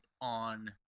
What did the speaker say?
on